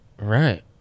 Right